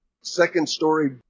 second-story